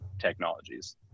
technologies